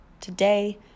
today